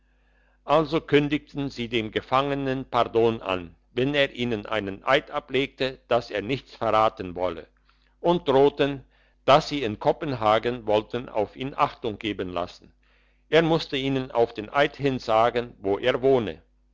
also kündigten sie dem gefangenen pardon an wenn er ihnen einen eid ablegte dass er nichts verraten wolle und drohten dass sie in kopenhagen wollten auf ihn achtung geben lassen er musste ihnen auf den eid hin sagen wo er wohne